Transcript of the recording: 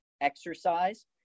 exercise